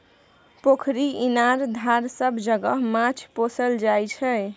पोखरि, इनार, धार सब जगह माछ पोसल जाइ छै